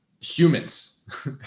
humans